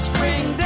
Spring